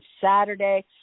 Saturday